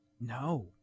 No